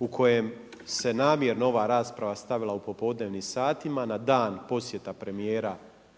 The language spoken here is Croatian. u kojoj se namjerno ova rasprava stavila u popodnevnim satima na dan posjeta premijera